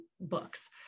books